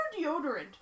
deodorant